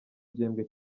gihembwe